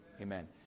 Amen